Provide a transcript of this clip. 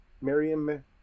Miriam